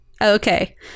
Okay